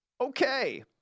Okay